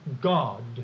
God